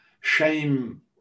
shame